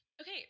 Okay